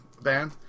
band